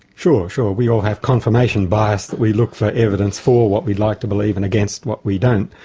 sure, sure, we all have confirmation bias that we look for evidence for what we'd like to believe and against what we don't.